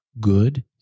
good